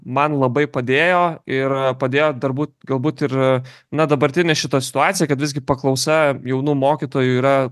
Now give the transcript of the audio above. man labai padėjo ir padėjo darbūt galbūt ir na dabartinė šita situacija kad visgi paklausa jaunų mokytojų yra